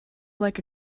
like